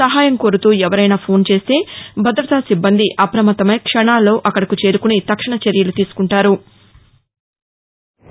సహాయం కోరుతూ ఎవరైనా ఫోన్ చేస్తే భద్రతా సిబ్బంది అప్రమత్తమై క్షణాల్లో అక్కడకు చేరుకుని తక్షణ చర్యలు తీసుకుంటారు